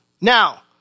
Now